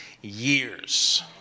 years